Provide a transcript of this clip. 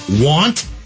want